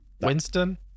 Winston